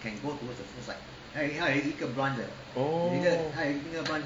orh